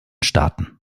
staaten